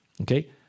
Okay